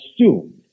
assumed